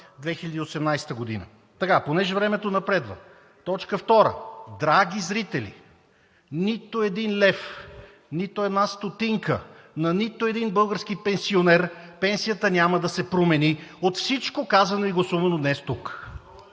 2018 г. Понеже времето напредва – точка втора: драги зрители, нито един лев, нито една стотинка на нито един български пенсионер, пенсията няма да се промени от всичко казано и гласувано днес тук.